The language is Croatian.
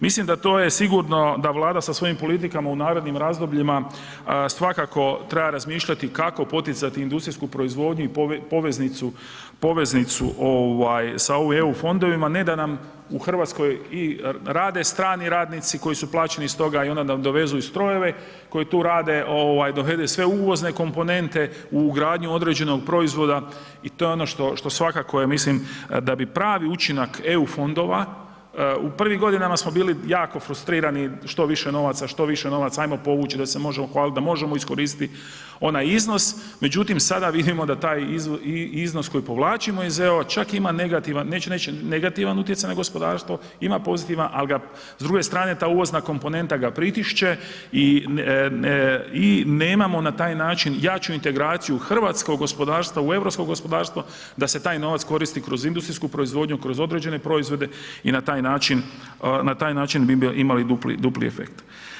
Mislim da to je sigurno, da vlada sa svojim politikama u narednim razdobljima svakako treba razmišljati kako poticati industrijsku proizvodnju i poveznicu ovaj sa ovim EU fondovima ne da nam u Hrvatskoj i rade strani radnici koji su plaćeni iz toga i onda nam dovezu i strojeve koji tu rade ovaj dovede sve uvozne komponente u ugradnju određenog proizvoda i to je ono što svakako je, mislim da bi pravi učinak EU fondova, u prvim godinama smo bili jako frustrirani, što više novaca, što više novaca, ajmo povući da se možemo hvaliti da možemo iskoristiti onaj iznos međutim sada vidimo da taj iznos koji povlačimo iz EU čak ima negativan, neću reći negativan utjecaj na gospodarstvo, ima pozitivan, al ga s druge strane ta uvozna komponenta ga pritišće i nemamo na taj način jaču integraciju hrvatskog gospodarstva u europsko gospodarstvo, da se taj novac koristi kroz industriju proizvodnju kroz određene proizvode i na taj način, na taj način bi imali dupli efekt.